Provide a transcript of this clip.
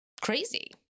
crazy